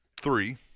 three